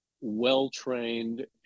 well-trained